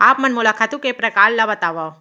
आप मन मोला खातू के प्रकार ल बतावव?